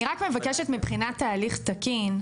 אני רק מבקשת מבחינת ההליך תקין,